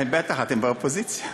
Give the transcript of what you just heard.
בטח, אתם באופוזיציה,